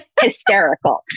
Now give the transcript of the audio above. hysterical